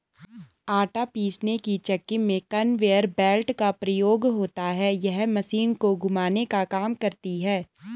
आटा पीसने की चक्की में कन्वेयर बेल्ट का प्रयोग होता है यह मशीन को घुमाने का काम करती है